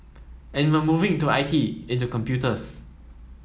and we're moving into I T into computers